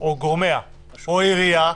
או גורמיה או עירייה,